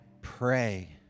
pray